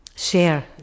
share